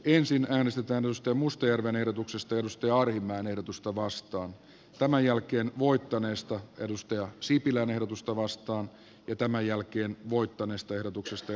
ensin äänestetään ostomustajärven ehdotuksesta edustajaryhmän ehdotusta vastaan tämän pääministeri stubbin hallitus kohdistaa epäoikeudenmukaisesti leikkaukset eläkeläisiin työttömiin opiskelijoihin lapsiperheisiin ja sairaisiin